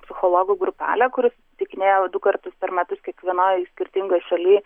psichologų grupelę kuri susitikinėja du kartus per metus kiekvienoj skirtingoj šaly